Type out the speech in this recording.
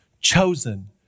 chosen